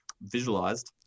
visualized